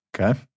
Okay